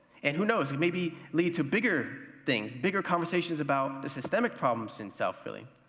and who knows, maybe lead to bigger things, bigger conversations about the systemic problems in south philly.